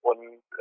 Und